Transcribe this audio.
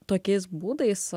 tokiais būdais